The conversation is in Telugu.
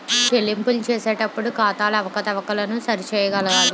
చెల్లింపులు చేసేటప్పుడు ఖాతాల అవకతవకలను సరి చేయగలగాలి